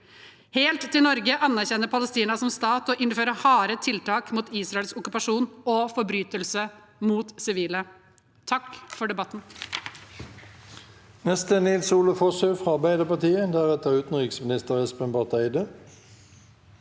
helt til Norge anerkjenner Palestina som stat og innfører harde tiltak mot Israels okkupasjon og forbrytelser mot sivile. Takk for debatten.